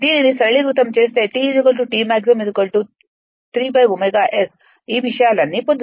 దీనిని సరళీకృతం చేస్తే T T max 3 ω S ఈ విషయాలన్నీ పొందుతాము అంటే 0